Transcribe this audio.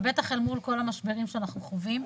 ובטח אל מול כל המשברים שאנחנו חווים,